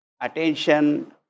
attention